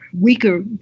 weaker